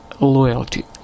loyalty